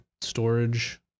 storage